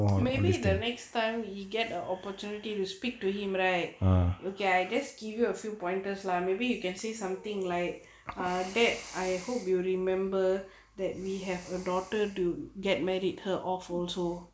maybe the next time you get a opportunity to speak to him right okay I just give you a few pointers lah maybe you can say something like ah that I hope you remember that we have a daughter do get married her awful so